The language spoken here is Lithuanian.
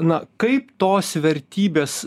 na kaip tos vertybės